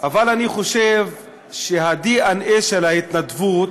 אבל אני חושב שהדנ"א של ההתנדבות